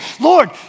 Lord